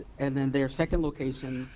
and then their second location,